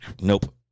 Nope